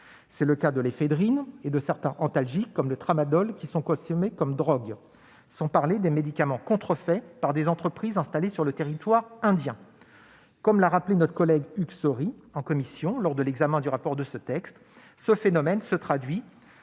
c'est le cas de l'éphédrine et de certains antalgiques, comme le Tramadol, qui sont consommés comme drogues, sans parler des médicaments contrefaits par des entreprises installées sur le territoire indien. Comme l'a rappelé notre collègue Hugues Saury en commission lors de l'examen du rapport de ce texte, ce phénomène se traduit